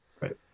Right